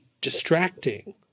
distracting